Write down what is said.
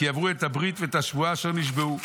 כי עברו את הברית ואת השבועה אשר נשבעו.